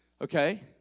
Okay